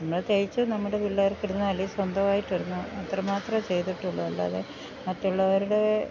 നമ്മള് തയ്ച്ചു നമ്മുടെ പിള്ളേർക്ക് ഇടുന്നത് അല്ലേൽ സ്വന്തവായിട്ടിടുന്നത് അത്രയും മാത്രമെ ചെയ്തിട്ടുള്ളൂ അല്ലാതെ മറ്റുള്ളവരുടെ